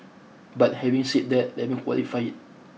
but having said that let me qualify it